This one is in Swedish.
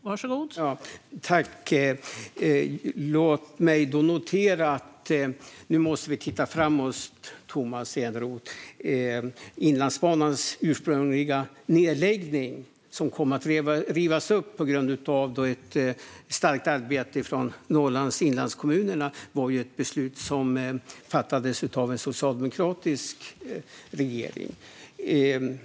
Fru talman! Låt mig notera att vi nu måste titta framåt, Tomas Eneroth. Beslutet om Inlandsbanans ursprungliga nedläggning, som kom att rivas upp på grund av ett starkt arbete från Norrlands inlandskommuner, fattades av en socialdemokratisk regering.